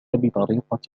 بطريقة